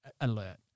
alert